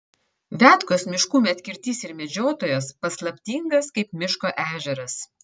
viatkos miškų medkirtys ir medžiotojas paslaptingas kaip miško ežeras